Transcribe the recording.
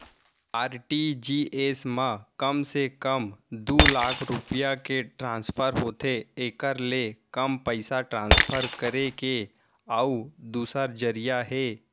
RTGS म कम से कम दू लाख रूपिया के ट्रांसफर होथे एकर ले कम पइसा ट्रांसफर करे के अउ दूसर जरिया हे